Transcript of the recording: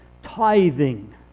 Tithing